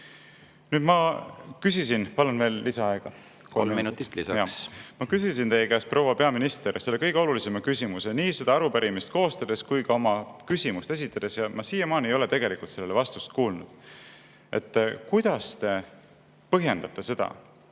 Kolm minutit lisaks. Kolm minutit lisaks. Ma küsisin teie käest, proua peaminister, selle kõige olulisema küsimuse nii seda arupärimist koostades kui ka oma küsimust esitades ja ma siiamaani ei ole tegelikult kuulnud vastust, kuidas te põhjendate seda,